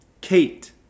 Kate